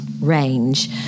range